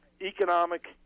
economic